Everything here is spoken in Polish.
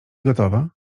gotowa